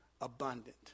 abundant